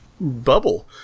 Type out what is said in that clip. bubble